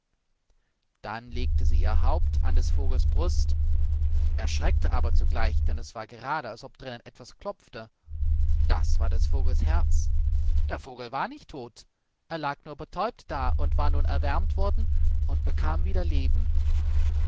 dann legte sie ihr haupt an des vogels brust erschreckte aber zugleich denn es war gerade als ob drinnen etwas klopfte das war des vogels herz der vogel war nicht tot er lag nur betäubt da und war nun erwärmt worden und bekam wieder leben